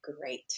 great